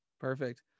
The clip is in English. Perfect